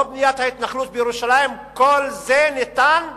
לא בניית ההתנחלות בירושלים, כל זה ניתן באישורו,